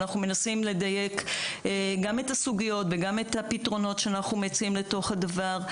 ואנחנו מנסים לדייק גם את הסוגיות וגם את הפתרונות שאנחנו מציעים לדבר.